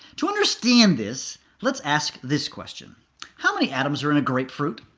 to understand this, let's ask this question how many atoms are in a grapefruit?